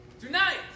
Tonight